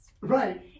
Right